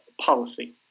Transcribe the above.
policy